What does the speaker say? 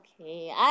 okay